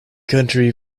country